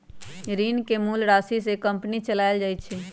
ऋण के मूल राशि से कंपनी चलाएल जाई छई